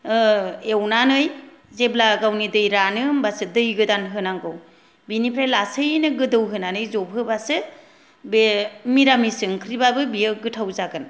एवनानै जेब्ला गावनि दै रानो होनबासो दै गोदान होनांगौ बिनिफ्राय लासैनो गोदौहोनानै जबहोबासो बे मिरामिस ओंख्रिबाबो बियो गोथाव जागोन